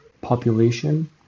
population